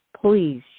Please